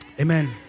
amen